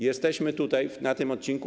Jesteśmy tutaj, na tym odcinku.